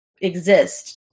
exist